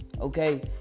okay